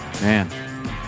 Man